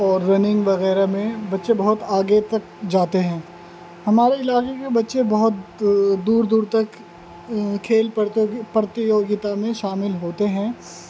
اور رننگ وغیرہ میں بچے بہت آگے تک جاتے ہیں ہمارے علاقے کے بچے بہت دور دور تک کھیل پرتوگی پرتیوگتا میں شامل ہوتے ہیں